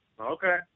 Okay